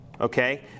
Okay